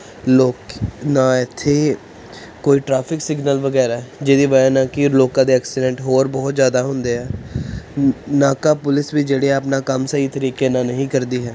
ਲੋਕ ਨਾ ਇੱਥੇ ਕੋਈ ਟਰੈਫਿਕ ਸਿਗਨਲ ਵਗੈਰਾ ਜਿਹਦੀ ਵਜ੍ਹਾ ਨਾਲ ਕਿ ਲੋਕਾਂ ਦੇ ਐਕਸੀਡੈਂਟ ਹੋਰ ਬਹੁਤ ਜ਼ਿਆਦਾ ਹੁੰਦੇ ਹੈ ਨਾਕਾ ਪੁਲਿਸ ਵੀ ਜਿਹੜੀ ਆਪਣਾ ਕੰਮ ਸਹੀ ਤਰੀਕੇ ਨਾਲ ਨਹੀਂ ਕਰਦੀ ਹੈ